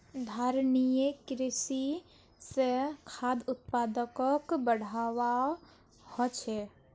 धारणिये कृषि स खाद्य उत्पादकक बढ़ववाओ ह छेक